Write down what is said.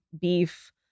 beef